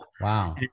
Wow